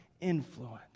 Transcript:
influence